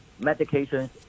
medications